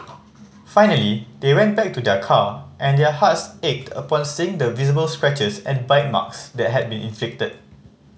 finally they went back to their car and their hearts ached upon seeing the visible scratches and bite marks that had been inflicted